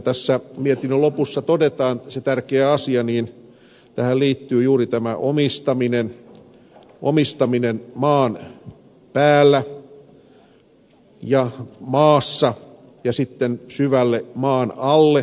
tässä mietinnön lopussa todetaan se tärkeä asia että tähän liittyy juuri tämä omistaminen maan päällä ja maassa ja sitten syvällä maan alla